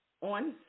on